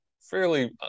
fairly